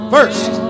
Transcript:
First